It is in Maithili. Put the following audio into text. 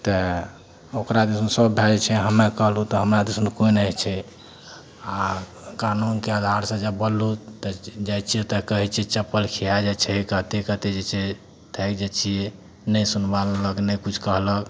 तऽ ओकरा दिसन सब भए जाइ छै हमरा कहलहुँ तऽ हमरा दिसन कोइ नहि होइ छै आओर कानूनके आधारसँ जब बोललहुँ तऽ जाइ छियै तऽ कहय छियै चप्पल खिया जाइ छै कहिते कहिते जे छै थाकि जाइ छियै ने सुनबाइ लेलक ने किछु कहलक